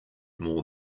more